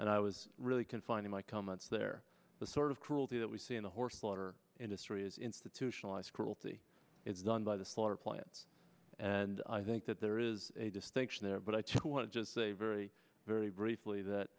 and i was really confining my comments there the sort of cruelty that we see in the horse slaughter industry is institutionalized cruelty it's done by the slaughter plants and i think that there is a distinction there but i just want to just say very very briefly that